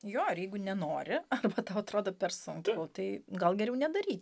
jo ir jeigu nenori arba tau atrodo per sunku tai gal geriau nedaryti